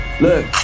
Look